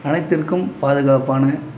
அனைத்திற்கும் பாதுகாப்பான